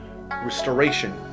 restoration